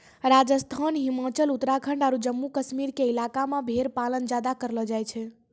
राजस्थान, हिमाचल, उत्तराखंड आरो जम्मू कश्मीर के इलाका मॅ भेड़ पालन ज्यादा करलो जाय छै